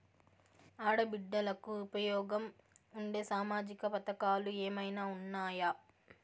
ఆడ బిడ్డలకు ఉపయోగం ఉండే సామాజిక పథకాలు ఏమైనా ఉన్నాయా?